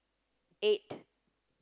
eight